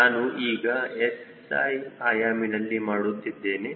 ನಾನು ಈಗ SI ಆಯಾಮಿನಲ್ಲಿ ಮಾಡುತ್ತಿದ್ದೇನೆ